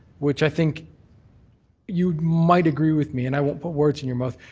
which i think you might agree with me, and i won't put words in your mouth,